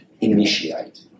initiate